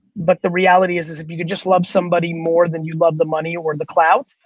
but the reality is is if you could just love somebody more than you love the money or the clout,